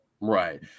Right